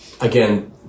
Again